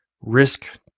risk